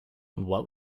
what